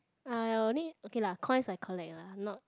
ya ya only okay lah coin I collect lah not